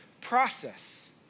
process